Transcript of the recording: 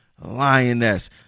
Lioness